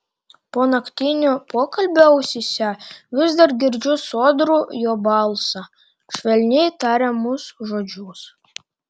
po naktinio pokalbio ausyse vis dar girdžiu sodrų jo balsą švelniai tariamus žodžius